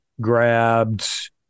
grabbed